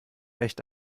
echt